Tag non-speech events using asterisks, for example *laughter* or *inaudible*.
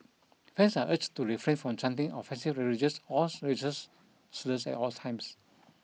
fans are urged to refrain from chanting offensive religious *unintelligible* slurs at all times